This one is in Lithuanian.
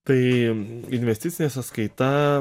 tai investicinė sąskaita